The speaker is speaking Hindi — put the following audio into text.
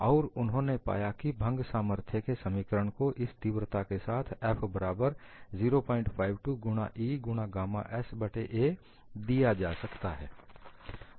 और उन्होंने पाया कि भंग सामर्थ्य के समीकरण को इस तीव्रता के साथ f बराबर 052 गुणा E गुणा गामा s बट्टे a दिया जा सकता है